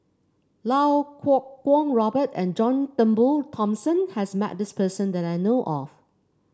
Iau Kuo Kwong Robert and John Turnbull Thomson has met this person that I know of